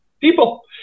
people